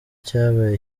cyabaye